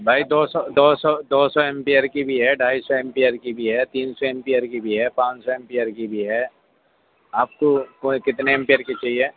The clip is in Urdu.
بھائی دو سو دو سو دو سو ایمپیئر کی بھی ہے ڈھائی سو ایمپیئر کی بھی ہے تین سو ایمپیئر کی بھی ہے پانچ سو ایمپیئر کی بھی ہے آپ کو کتنے ایمپیئر کی چاہیے